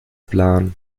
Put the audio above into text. planen